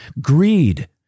Greed